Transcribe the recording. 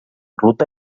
ruta